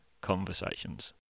conversations